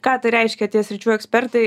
ką tai reiškia tie sričių ekspertai